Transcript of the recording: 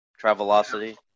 Travelocity